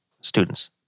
students